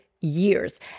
years